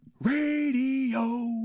radio